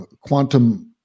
quantum